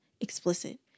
explicit